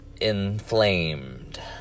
inflamed